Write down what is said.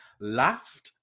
laughed